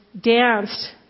danced